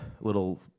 little